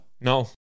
No